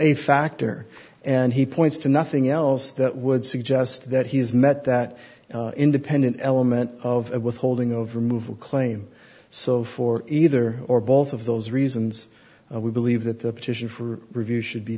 a factor and he points to nothing else that would suggest that he has met that independent element of withholding over move a claim so for either or both of those reasons we believe that the petition for review should be